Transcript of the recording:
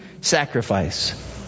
sacrifice